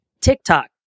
TikTok